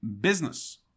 business